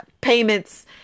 payments